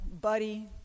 Buddy